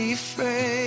afraid